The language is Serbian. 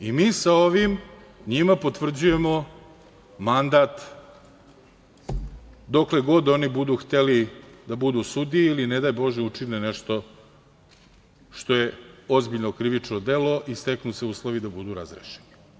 I mi sa ovim njima potvrđujemo mandat dokle god oni budu hteli da budu sudije ili, ne daj Bože, učine nešto što je ozbiljno krivično delo i steknu se uslovi da budu razrešeni.